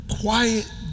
Quiet